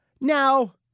Now